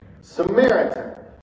Samaritan